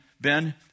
Ben